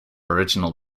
original